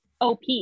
OP